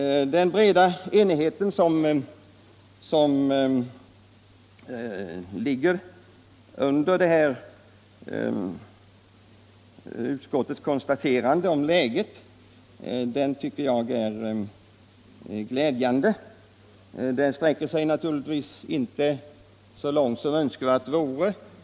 Den breda enighet som ligger bakom utskottets konstaterande om läget tycker jag är glädjande, men den sträcker sig naturligtvis inte så långt som önskvärt vore.